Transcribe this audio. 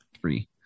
three